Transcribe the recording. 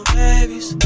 babies